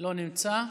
לא נמצא.